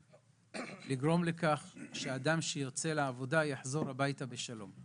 לגרום לכך שאדם שיוצא לעבודה יחזור לביתו בשלום.